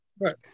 Right